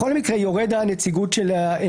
בכל מקרה יורדת הנציגות של הנשים